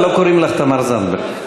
אבל לא קוראים לך תמר זנדברג.